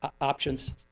options